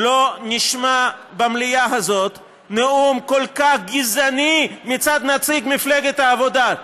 לא נשמע במליאה הזאת נאום כל כך גזעני מצד נציג מפלגת העבודה.